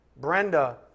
Brenda